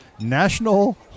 National